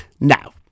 Now